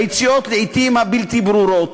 ביציאות לעתים הבלתי-ברורות.